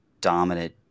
dominant